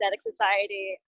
society